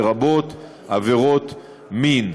לרבות עבירות מין.